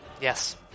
Yes